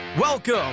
welcome